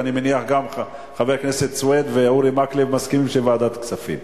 ואני מניח שגם חבר הכנסת סוייד ואורי מקלב מסכימים לוועדת כספים,